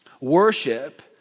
worship